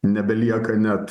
nebelieka net